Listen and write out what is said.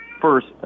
first